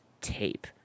tape